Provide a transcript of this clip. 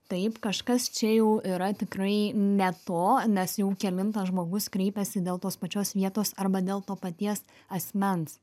taip kažkas čia jau yra tikrai ne to nes jau kelintas žmogus kreipiasi dėl tos pačios vietos arba dėl to paties asmens